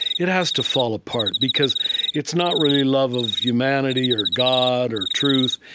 it has to fall apart because it's not really love of humanity or god or truth.